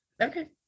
Okay